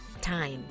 time